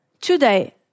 Today